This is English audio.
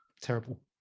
terrible